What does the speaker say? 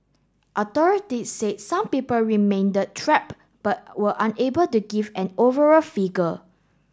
authorities said some people remain trapped but were unable to give an overall figure